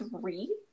three